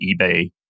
eBay